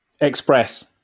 Express